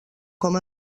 com